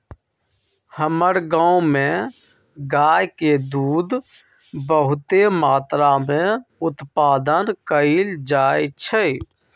हमर गांव में गाय के दूध बहुते मत्रा में उत्पादन कएल जाइ छइ